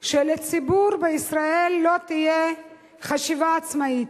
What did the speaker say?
שלציבור בישראל לא תהיה חשיבה עצמאית.